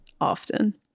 often